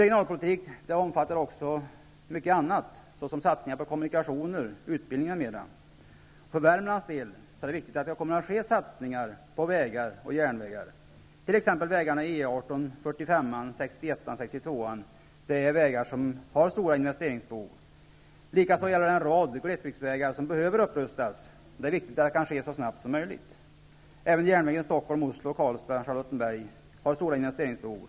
Regionalpolitik omfattar också mycket annat, som satsningar på kommunikationer, utbildning m.m. För Värmlands del är det viktigt att det kommer att ske satsningar på vägar och järnvägar. Vägarna E 18, 45:an, 61:an och 62:an har stora investeringsbehov, och en rad glesbygdsvägar behöver också upprustas. Det är viktigt att det kan ske så snabbt som möjligt. Järnvägssträckorna Stockholm--Oslo och Karlstad--Charlottenberg har också stora investeringsbehov.